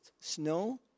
snow